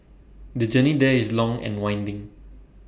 the journey there is long and winding